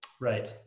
Right